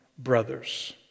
brothers